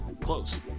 Close